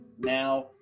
now